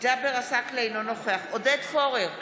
ג'אבר עסאקלה, אינו נוכח עודד פורר,